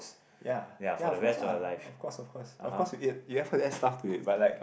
ya ya of course ah of course of course of course stuff to it but like